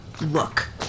Look